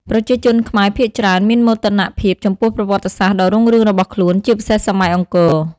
ប្រជាជនខ្មែរភាគច្រើនមានមោទនភាពចំពោះប្រវត្តិសាស្ត្រដ៏រុងរឿងរបស់ខ្លួន ជាពិសេសសម័យអង្គរ ។